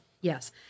Yes